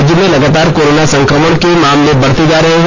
राज्य में लगातार कोरोना संकमण के मामले बढते जा रहे हैं